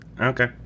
okay